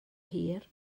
hir